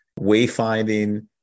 Wayfinding